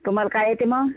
तुम्हाला काय येते मग